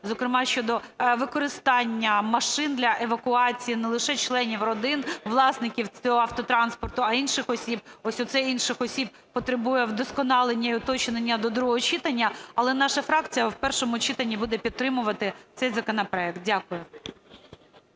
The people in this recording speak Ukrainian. зокрема, щодо використання машин для евакуації не лише членів родин, власників цього автотранспорту, а і інших осіб. Ось оце "інших осіб" потребує вдосконалення і уточнення до другого читання. Але наша фракція в першому читанні буде підтримувати цей законопроект. Дякую.